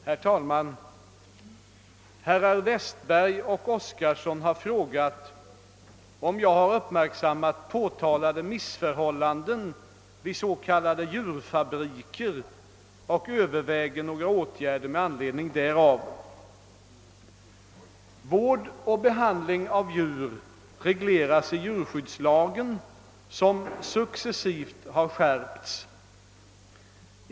Herr talman! Herrar Westberg i Ljusdal och Oskarson har frågat, om jag har uppmärksammat påtalade missförhållanden vid s.k. djurfabriker och överväger några åtgärder med anledning därav. Vård och behandling av djur regleras i djurskyddslagen, som successivt har skärpts.